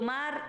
כלומר,